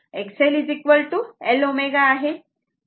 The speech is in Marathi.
61आहे आणि X L L ω आहे